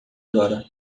agora